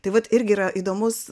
tai vat irgi yra įdomus